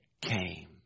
came